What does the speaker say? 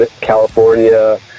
California